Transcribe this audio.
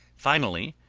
finally,